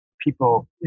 people